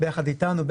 ביחד איתנו,